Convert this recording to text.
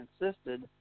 insisted